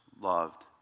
loved